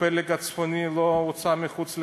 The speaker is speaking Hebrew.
הפלג הצפוני לא הוצא מחוץ לחוק?